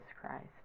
Christ